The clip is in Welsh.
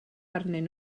arnyn